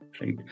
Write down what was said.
right